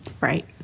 right